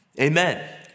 Amen